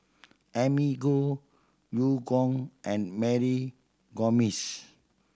Amy Khor Eu Kong and Mary Gomes